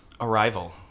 Arrival